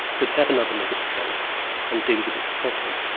could have another look at the case and deal with it properly.